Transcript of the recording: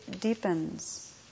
deepens